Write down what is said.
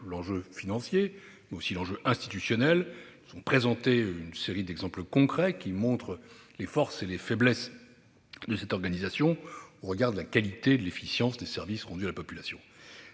enjeux financiers, mais aussi institutionnels, et présenté une série d'exemples concrets montrant les forces et les faiblesses de cette organisation au regard de la qualité et de l'efficience des services rendus à la population.